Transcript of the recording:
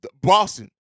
Boston